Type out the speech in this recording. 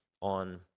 on